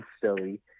silly